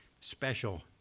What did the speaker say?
special